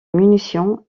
munitions